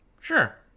Sure